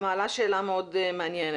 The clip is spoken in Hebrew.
את מעלה שאלה מאוד מעניינת.